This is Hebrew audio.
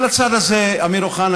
ולצד הזה: אמיר אוחנה,